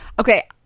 Okay